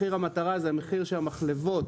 מחיר המטרה זה המחיר שהמחלבות,